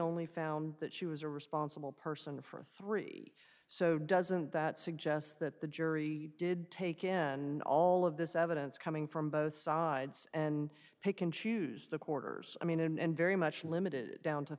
only found that she was a responsible person for three so doesn't that suggest that the jury did take in and all of this evidence coming from both sides and pick and choose the quarters i mean and very much limited down to